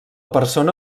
persona